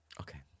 Okay